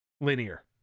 linear